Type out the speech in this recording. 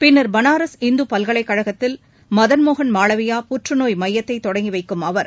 பின்னர் பனாரஸ் இந்துபல்கலைக்கழகத்தில் மதன்மோகன் மாளவியா புற்றநோய் மையத்தைதொடங்கிவைக்கும் அவர்